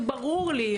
זה ברור לי,